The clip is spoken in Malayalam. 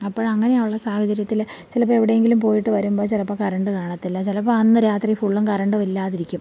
അപ്പഴ് അങ്ങനെയുള്ള സാഹചര്യത്തിൽ ചിലപ്പം എവിടെയെങ്കിലും പോയിട്ട് വരുമ്പം ചിലപ്പം കരണ്ട് കാണത്തില്ല ചിലപ്പം അന്ന് രാത്രി ഫുള്ളും കറണ്ടും ഇല്ലാതിരിക്കും